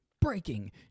Breaking